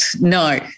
No